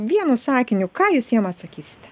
vienu sakiniu ką jūs jiem atsakysite